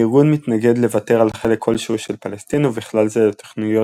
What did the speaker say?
הארגון מתנגד לוותר על חלק כלשהו של פלסטין ובכלל זה לתוכניות